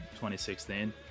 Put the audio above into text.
2016